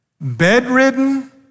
bedridden